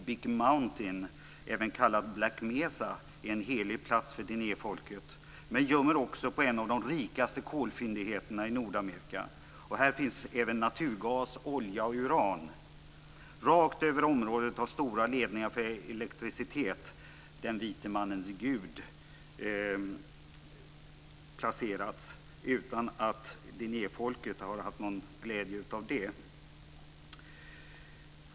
Big Mountain, även kallat Black Mesa, är en helig plats för dinehfolket, men det gömmer också på en av de rikaste kolfyndigheterna i Nordamerika. Här finns även naturgas, olja och uran. Rakt över området har stora ledningar för elektricitet - "den vite mannens gud" - dragits utan att dinehfolket har haft någon glädje av det.